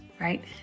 Right